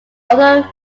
although